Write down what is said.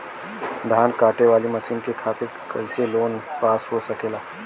धान कांटेवाली मशीन के खातीर कैसे लोन पास हो सकेला?